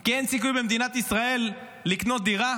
כי אין סיכוי במדינת ישראל לקנות דירה?